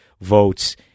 votes